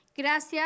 Gracias